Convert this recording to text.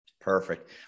Perfect